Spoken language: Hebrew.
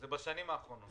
ובשנים האחרונות.